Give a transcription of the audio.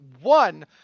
one